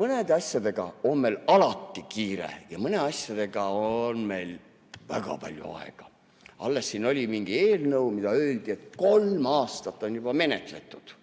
Mõnede asjadega on meil alati kiire ja mõnede asjadega on meil väga palju aega. Alles siin oli mingi eelnõu, mille puhul öeldi, et kolm aastat on juba menetletud.